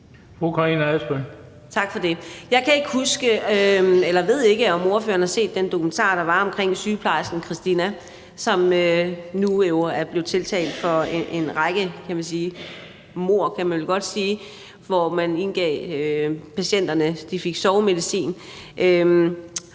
Jeg ved ikke, om ordføreren har set den dokumentar, der var om sygeplejersken Christina, som jo nu er blevet tiltalt for en række mord, kan man vel godt sige, hvor patienterne fik sovemedicin.